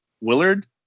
Willard